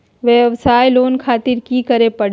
वयवसाय लोन खातिर की करे परी?